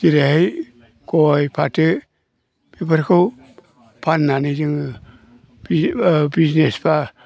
जेरैहाय गय फाथो बेफोरखौ फाननानै जोङो बि बिजनेस बा